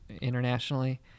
internationally